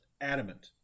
adamant